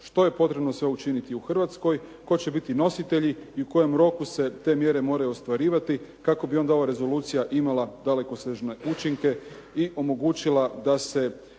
što je potrebno sve učiniti u Hrvatskoj, tko će biti nositelji i u kojem roku se te mjere moraju ostvarivati kako bi onda ova rezolucija imala dalekosežne učinke i omogućila da se